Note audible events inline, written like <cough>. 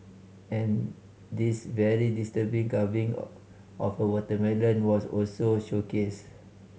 and this very disturbing carving <unintelligible> of a watermelon was also showcased